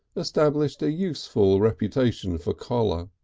established a useful reputation for choler,